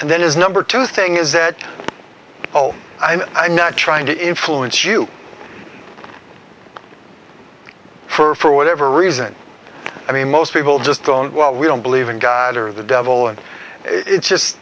and then his number two thing is that oh i'm not trying to influence you for whatever reason i mean most people just don't well we don't believe in god or the devil and it's just